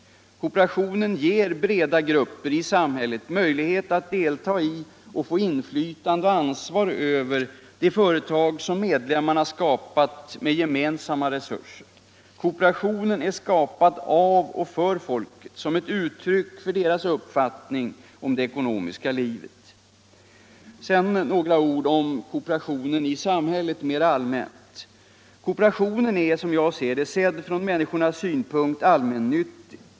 Kooperationen ger breda grupper i samhället möjlighet att delta i och få inflytande över och ansvar för de företag som medlemmarna skapat med gemensamma resurser. Kooperationen är skapad av och för folket som ett uttryck för dess uppfattning om det ekonomiska livet. Sedan några ord om kooperationen i samhället mera allmänt. Kooperationen är, sedd från människornas synpunkt, allmännyttig.